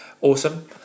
Awesome